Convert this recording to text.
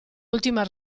ultima